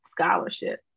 scholarship